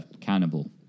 cannibal